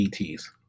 ETs